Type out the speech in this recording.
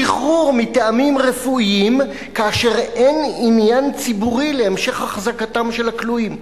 שחרור מטעמים רפואיים כאשר אין עניין ציבורי בהמשך החזקתם של הכלואים.